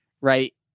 right